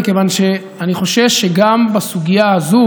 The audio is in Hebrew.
מכיוון שאני חושש שגם בסוגיה הזאת,